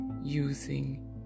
using